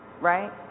right